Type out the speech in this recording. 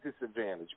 disadvantage